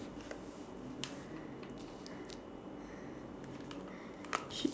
she is